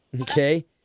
Okay